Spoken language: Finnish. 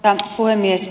arvoisa puhemies